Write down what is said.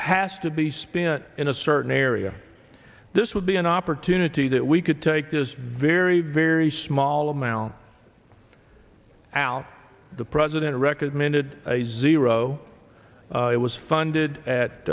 has to be spent in a certain area this would be an opportunity that we could take this very very small amount out the president recommended a zero it was funded